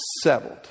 Settled